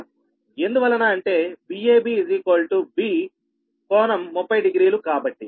ఎందువలన అంటే Vab V∟300కాబట్టి